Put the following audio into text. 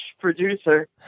producer